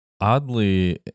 oddly